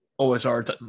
OSR